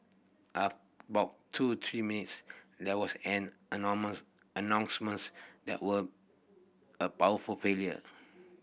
after about two three minutes there was an announcement that were a power failure